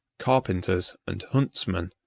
carpenters, and huntsmen,